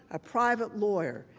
a private lawyer,